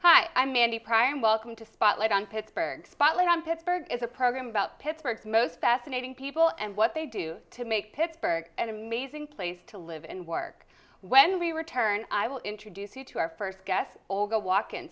hi i'm mandy pryor and welcome to spotlight on pittsburgh spotlight on pittsburgh is a program about pittsburgh's most fascinating people and what they do to make pittsburgh an amazing place to live and work when we return i will introduce you to our first guest all go walk in